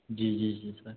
जी जी जी सर